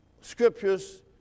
scriptures